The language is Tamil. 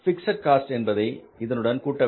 பிக்ஸட் காஸ்ட் என்பதை இதனுடன் கூட்ட வேண்டும்